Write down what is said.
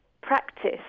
practice